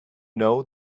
know